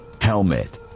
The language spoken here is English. Helmet